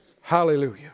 Hallelujah